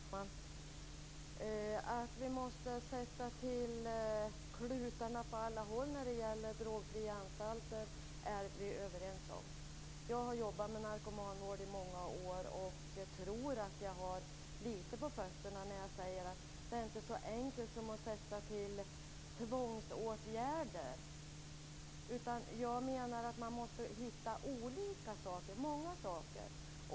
Fru talman! Att vi måste sätta till klutarna på alla håll när det gäller drogfria anstalter är vi överens om. Jag har jobbat med narkomanvård i många år och tror att jag har lite på fötterna när jag säger att det inte är så enkelt som att sätta in tvångsåtgärder. Jag menar att man måste hitta många olika saker.